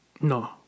No